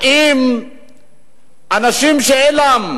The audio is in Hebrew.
האם אנשים שאין להם